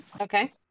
Okay